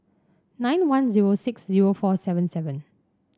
nine one zero six zero four seven seven